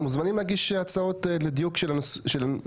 אתם מוזמנים להגיש הצעות לדיוק של נוסח